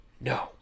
No